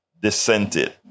dissented